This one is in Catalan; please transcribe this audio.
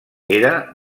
era